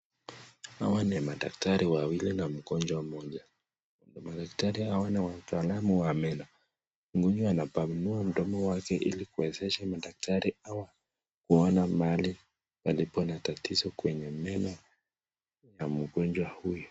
Hawa ni madaktari wawili na mgonjwa mmoja. Madaktari hawa ni wataalamu wa meno. Mgonjwa anapanua mdomo wake ili kuwezesha madaktari hawa kuona mahali palipo na tatizo kwenye meno ya mgonjwa huyo.